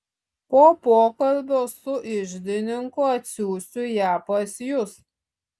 po pokalbio su iždininku atsiųsiu ją pas jus